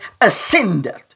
ascended